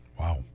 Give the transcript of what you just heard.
wow